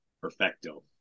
perfecto